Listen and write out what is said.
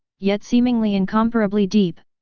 yet seemingly incomparably deep,